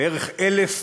בערך 1,000,